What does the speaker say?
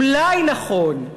אולי, נכון.